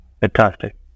Fantastic